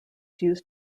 used